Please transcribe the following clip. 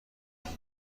داد